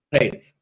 Right